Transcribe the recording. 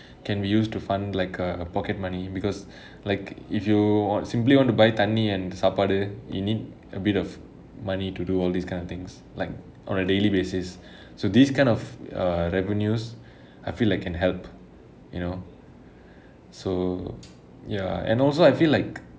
can be used to fund like uh pocket money because like if you simply want to buy தண்ணி:thanni and சாப்பாடு:saapaadu you need a bit of money to do all these kind of things like on a daily basis so these kind of err revenues I feel like can help you know so ya and also I feel like